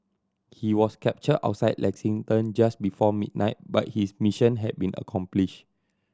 he was captured outside Lexington just before midnight but his mission had been accomplished